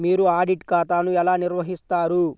మీరు ఆడిట్ ఖాతాను ఎలా నిర్వహిస్తారు?